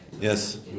Yes